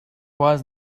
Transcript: was